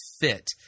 fit